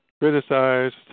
criticized